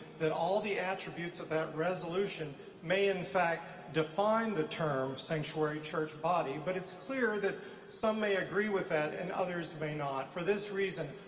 that all the attributes of that resolution may in fact define the term sanctuary church body, but it's clear that some may agree with that, and others may not. for this reason,